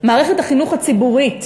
מערכת החינוך הציבורית.